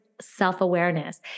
self-awareness